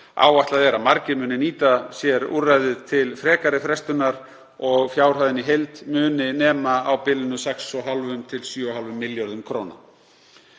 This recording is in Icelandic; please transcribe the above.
Áætlað er að margir muni nýta sér úrræðið til frekari frestunar og að fjárhæðin í heild muni nema á bilinu 6,5–7,5 milljörðum kr.